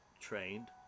trained